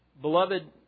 beloved